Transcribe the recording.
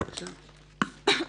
בבקשה.